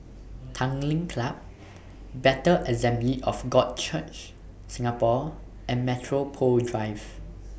Tanglin Club Bethel Assembly of God Church Singapore and Metropole Drive